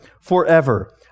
forever